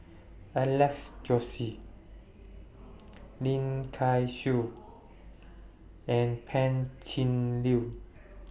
Alex Josey Lim Kay Siu and Pan Cheng Lui